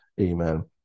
Amen